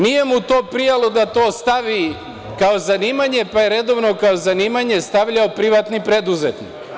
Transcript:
Nije mu prijalo da to stavi kao zanimanje, pa je kao zanimanje stavljao privatni preduzetnik.